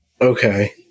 Okay